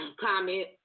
Comment